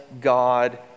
god